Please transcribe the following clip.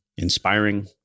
inspiring